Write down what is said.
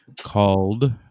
called